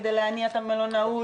כדי להניע את המלונאות,